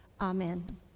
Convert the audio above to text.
amen